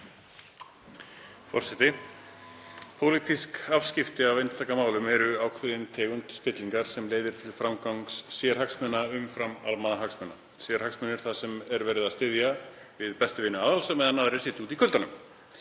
Forseti. Pólitísk afskipti af einstaka málum eru ákveðin tegund spillingar sem leiðir til framgangs sérhagsmuna umfram almannahagsmuna, sérhagsmuna þar sem er verið að styðja við bestu vini aðal á meðan aðrir sitja úti í kuldanum.